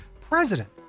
president